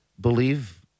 believe